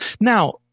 now